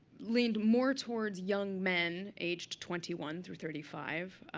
leaned more towards young men aged twenty one through thirty five,